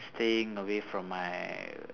staying away from my